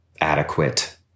adequate